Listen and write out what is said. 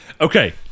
Okay